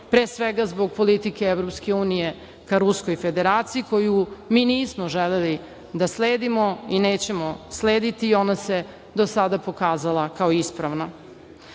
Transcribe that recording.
pre svega zbog politike EU ka Ruskoj Federaciji koju mi nismo želeli da sledimo i nećemo slediti i ona se do sada pokazala kao ispravna. Kriza